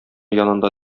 янында